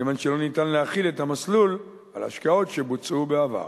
כיוון שלא ניתן להחיל את המסלול על השקעות שבוצעו בעבר.